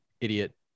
idiot